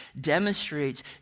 demonstrates